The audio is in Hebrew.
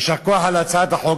יישר כוח על הצעת החוק.